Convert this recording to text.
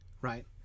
right